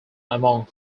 among